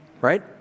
right